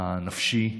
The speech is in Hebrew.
הנפשי,